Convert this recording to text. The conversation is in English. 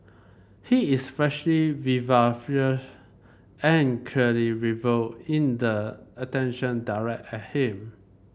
he is flashy vivacious and clearly revel in the attention directed at him